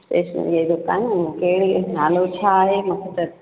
स्टेशनरीअ जी दुकान आहे न कहिड़ी नालो छा आहे मूंखे त